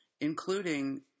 including